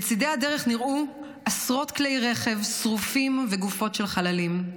לצידי הדרך נראו עשרות כלי רכב שרופים וגופות של חללים.